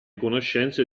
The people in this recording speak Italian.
conoscenze